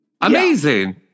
Amazing